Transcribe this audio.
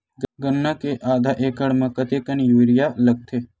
गन्ना के आधा एकड़ म कतेकन यूरिया लगथे?